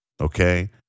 okay